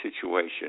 situation